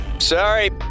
Sorry